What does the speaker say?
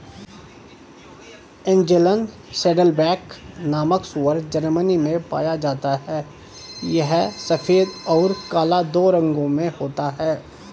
Angeln Saddleback नामक सूअर Germany में पाया जाता है यह सफेद और काला दो रंगों में होता है